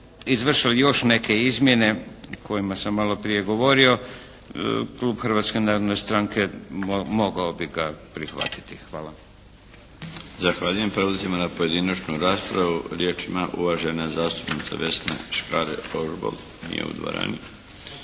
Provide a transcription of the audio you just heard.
izvršile još neke izmjene o kojima sam maloprije govorio, klub Hrvatske narodne stranke mogao bi ga prihvatiti. Hvala. **Milinović, Darko (HDZ)** Zahvaljujem. Prelazimo na pojedinačnu raspravu. Riječ ima uvažena zastupnica Vesna Škare Ožbolt. Nije u dvorani.